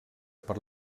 per